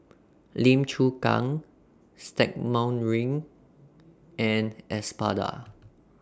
Lim Chu Kang Stagmont Ring and Espada